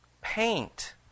paint